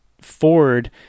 Ford